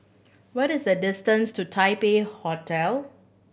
what is the distance to Taipei Hotel